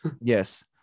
Yes